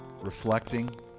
reflecting